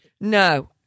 No